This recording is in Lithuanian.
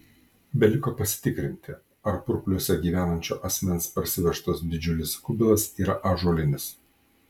beliko pasitikrinti ar purpliuose gyvenančio asmens parsivežtas didžiulis kubilas yra ąžuolinis